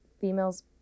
female's